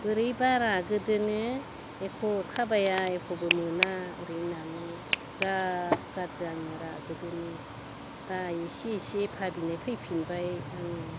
बोरै बारा गोदोनो एख' थाबाया एख'बो मोना ओरै होननानै ज्राब गारदों आङो रागोजोंनि दा एसे एसे भाबिनाय फैफिनबाय आङो